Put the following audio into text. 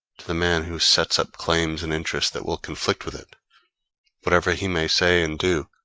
to the man who sets up claims and interests that will conflict with it whatever he may say and do,